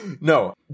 No